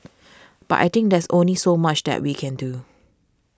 but I think there's only so much that we can do